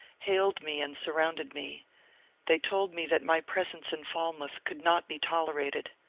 hailed me and surrounded me they told me that my presence in falmouth could not be tol erated.